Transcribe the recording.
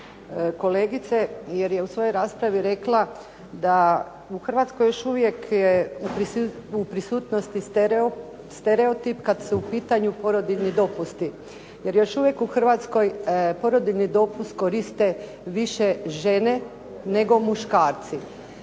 jer je u svojoj raspravi rekla da u Hrvatskoj još uvijek u prisutnosti stereotip kada su u pitanju porodiljni dopusti, jer još uvijek u Hrvatskoj porodiljni dopust koriste više žene nego muškarci.